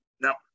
Now